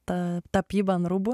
ta tapyba ant rūbų